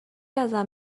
ازم